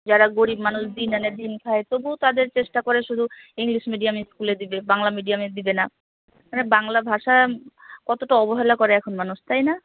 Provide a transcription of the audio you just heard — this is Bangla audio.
যারা গরিব মানুষ দিন আনে দিন খায় তবুও তাদের চেষ্টা করে শুধু ইংলিশ মিডিয়াম স্কুলে দিবে বাংলা মিডিয়ামে দেবে না মানে বাংলা ভাষা কতোটা অবহেলা করে এখন মানুষ তাই না